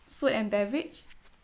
food and beverage